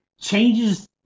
changes